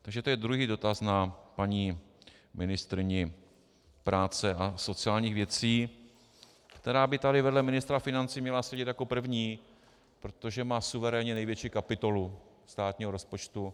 Takže to je druhý dotaz na paní ministryni práce a sociálních věcí, která by tady vedle ministra financí měla sedět jako první, protože má suverénně největší kapitolu státního rozpočtu.